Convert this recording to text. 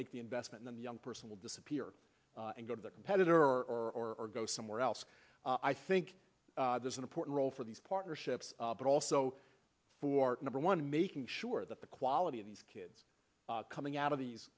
make the investment in the young person will disappear and go to their competitor or go somewhere else i think there's an important role for these partnerships but also for number one making sure that the quality of these kids coming out of these